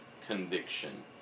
conviction